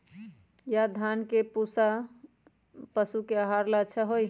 या धान के भूसा पशु के आहार ला अच्छा होई?